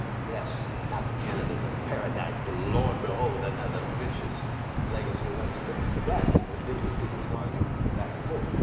yes. not that canada is a paradise, but lo and behold another vicious legacy of white supremacy for black people, indigenous people. we can argue back and forth.